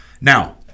Now